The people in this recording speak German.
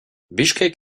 bischkek